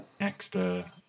extra